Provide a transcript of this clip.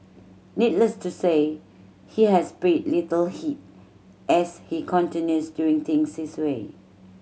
needless to say he has paid little heed as he continues doing things this way